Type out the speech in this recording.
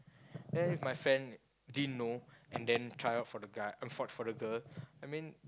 then if my friend didn't know and then try out for the guy for for the girl I mean